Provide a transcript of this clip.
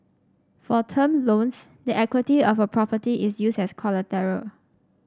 for term loans the equity of a property is used as collateral